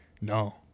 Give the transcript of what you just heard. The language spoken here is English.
No